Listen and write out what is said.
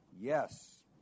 yes